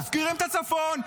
אתם מפקירים את הצפון,